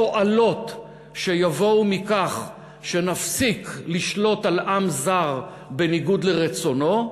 התועלות שיבואו מכך שנפסיק לשלוט על עם זר בניגוד לרצונו,